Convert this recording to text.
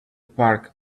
park